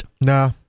Nah